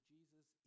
Jesus